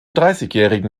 dreißigjährigen